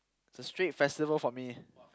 it's a street festival for me